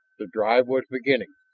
the drive was beginning.